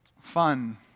fun